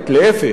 להיפך,